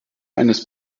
eines